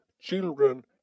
children